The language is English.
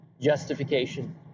justification